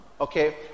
Okay